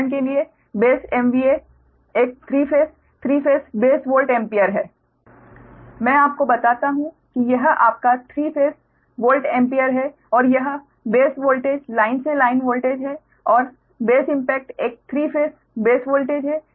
उदाहरण के लिए बेस MVA एक 3 phase 3 phase base volt ampere है मैं आपको बताता हूं कि यह आपका 3 फेस वोल्ट एम्पीयर है और यह बेस वोल्टेज लाइन से लाइन वोल्टेज है और बेस इम्पैक्ट एक 3 फेस बेस वोल्टेज है